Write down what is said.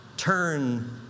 turn